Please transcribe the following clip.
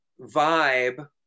vibe